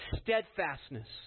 steadfastness